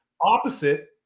Opposite